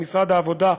עם משרד העבודה,